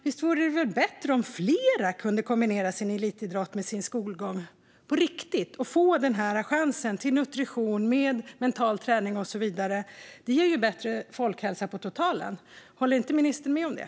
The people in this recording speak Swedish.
Visst vore det väl bättre om fler kunde kombinera sin elitidrott med sin skolgång på riktigt och få chansen till utbildning i nutrition, mental träning och så vidare. Det skulle ge bättre folkhälsa på totalen. Håller inte ministern med om det?